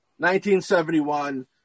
1971